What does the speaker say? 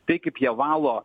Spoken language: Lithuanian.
tai kaip jie valo